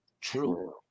True